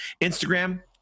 Instagram